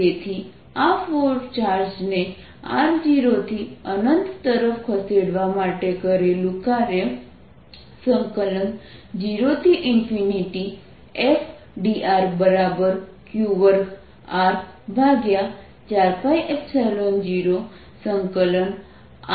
તેથી આ ચાર્જને r0થી અનંત તરફ ખસેડવા માટે કરેલું કાર્ય 0F drq2R4π0r0rdrr2 R22 છે